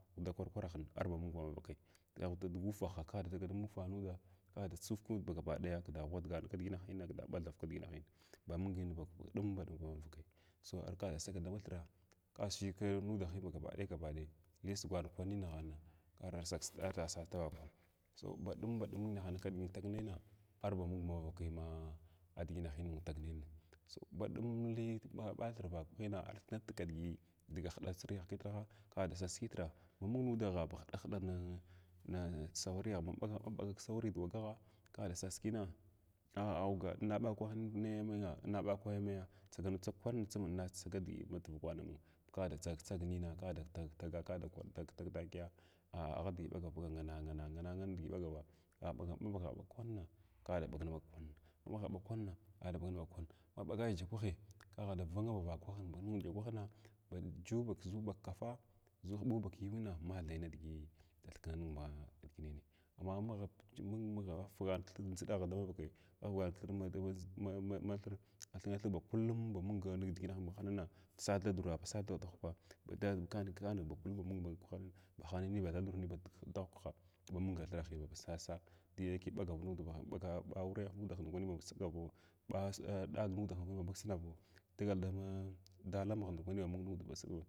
Ghuda kwar kwarahin arba mung man vakai dga ghuda da dufaha kada ma dugan nuda kada tsufug nudah gabaki ɗaga kda ghwadgan kidgahina bathir kidgahina ba mung ni badun baɗum mug manvavi so kada saga tama thra ka siy kudahin gabaɗaya gabaɗaya li sigwan kwanahanin ka arsas davakwaha so baʃun baɗum nidiginah inatagnayna arba mung havakai ma diginahin intagnayin so baɗum li ɓa thir vakwahina arthikna thik kidigi dga hɗa siriyaha kitr kada sas kitra ha mung mudagha ba hɗahɗa ning na sauriyah bunɓaga ksawariya dogagha kada sas kina ka oga inna ɓakwah naya inna ba kwah naya tsaganu tsag kwanin tsim inna tsaga digi matuvkwana amung kada tsagak tsag nina kada tagak taga kada tugak tag takiya ah kidigi ɓagav ngana ngana ngang ngan nidigi ɓagava ma ɓaga ɓag kwanna, kada ɓagna ɓag. Kuhn. Maɓagai takwahi ka adavanga vakwahin badyə kwahna bandjn bandiya bu kafa zu ba huɓu ba yuwina hathai nidigi da thikna ning ma diʒinini amma magh mung maghfugan ki ndʒi ɗagh manvakai bagh ɓagan thirra dama mama thira a kullum ba mung niggina mahannu sadathadura, basa dahwkwa ba da kan kani kiɗa kullum ba mung ning haninin ba thndurin ba dahwkha daba mung thirahi sasa di dayake ɓagan nudai bagaw ɓahurayah nud ndakwani, ba sasa səɗavo, ba ɗaag nud ndakwani basuɗavi dagal dama mah dali mughg ba mung nud basugwav.